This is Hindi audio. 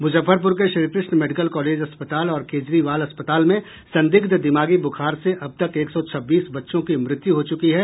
मुजफ्फरपुर के श्रीकृष्ण मेडिकल कॉलेज अस्पताल और केजरीवाल अस्पताल में संदिग्ध दिमागी बुखार से अब तक एक सौ अठाईस बच्चों की मृत्यु हो चुकी है